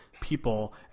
people